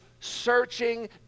searching